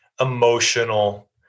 emotional